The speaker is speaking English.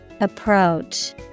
Approach